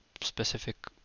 specific